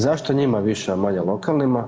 Zašto njima više, a manje lokalnima?